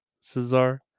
cesar